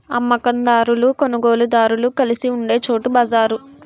అమ్మ కందారులు కొనుగోలుదారులు కలిసి ఉండే చోటు బజారు